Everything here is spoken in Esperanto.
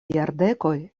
jardekoj